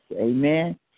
amen